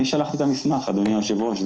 אני שלחתי את המסמך, אדוני היושב-ראש.